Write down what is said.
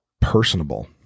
personable